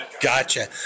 Gotcha